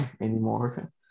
anymore